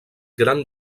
gran